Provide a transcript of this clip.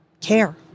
care